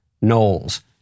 Knowles